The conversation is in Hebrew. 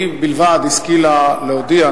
היא בלבד השכילה להודיע,